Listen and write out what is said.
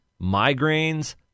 migraines